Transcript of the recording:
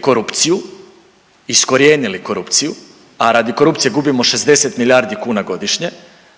korupciju, iskorijenili korupciju, a radi korupcije gubimo 60 milijardi kuna godišnje,